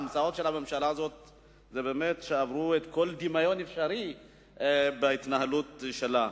ההמצאות של הממשלה הזאת עברו כל דמיון אפשרי בהתנהלות שלה,